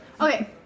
Okay